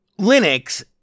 Linux